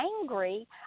angry